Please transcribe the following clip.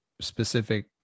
specific